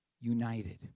united